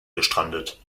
gestrandet